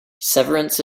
severance